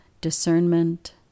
discernment